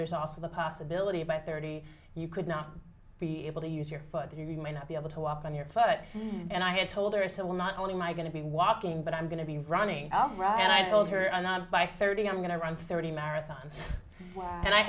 there's also the possibility of my thirty you could not be able to use your foot if you may not be able to walk on your foot and i had told her so well not only am i going to be walking but i'm going to be running out right and i told her i'm not by thirty i'm going to run thirty marathons and i